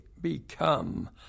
become